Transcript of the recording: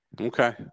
okay